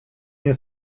nie